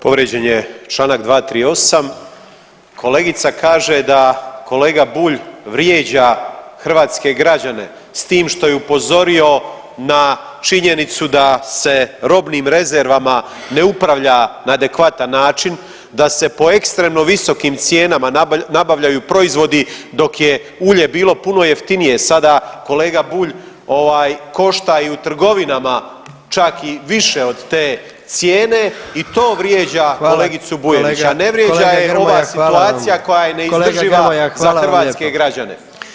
Povrijeđen je čl. 238, kolegica kaže da kolega Bulj vrijeđa hrvatske građane s tim što je upozorio na činjenicu da se robnim rezervama ne upravlja na adekvatan način, da se po ekstremno visokim cijenama nabavljaju proizvodi dok je ulje bilo puno jeftinije, sada kolega Bulj ovaj, košta i u trgovinama čak i više od te cijene i to vrijeđa kolegicu Bujević, [[Upadica: Hvala kolega.]] a ne vrijeđa je ova situacija [[Upadica: Kolega Grmoja, hvala vam.]] koja je neizdrživa za hrvatske [[Upadica: Kolega Grmoja, hvala vam lijepo.]] građane.